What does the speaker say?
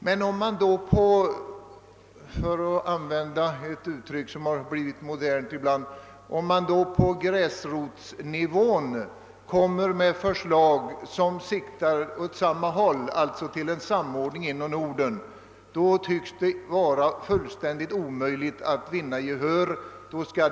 Men om man på gräsrotsnivå, för att använda ett uttryck som blivit modernt, framlägger ett förslag som går i samma riktning, som alltså siktar till en samordning inom Norden, tycks det vara fullständigt omöjligt att vinna gehör för det.